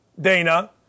Dana